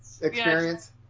experience